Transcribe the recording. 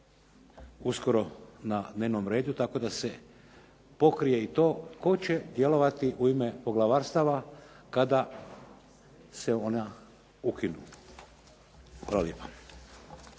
uskoro na dnevnom redu, tako da se pokrije i to tko će djelovati u ime poglavarstava kada se ona ukinu. Hvala lijepa.